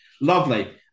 Lovely